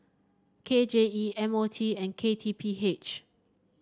K J E M O T and K T P H